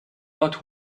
lot